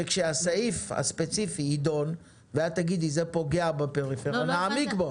אמרנו שכאשר הסעיף הספציפי יידון ואת תגידי שזה פוגע בפריפריה נעמיק בו.